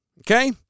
Okay